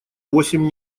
восемь